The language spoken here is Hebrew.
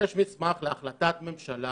יש מסמך להחלטת ממשלה